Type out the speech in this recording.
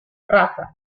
raza